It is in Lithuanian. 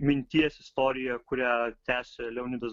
minties istoriją kurią tęsė leonidas